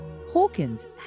Hawkins